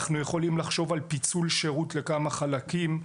אנחנו יכולים לחשוב על פיצול שירות לכמה חלקים.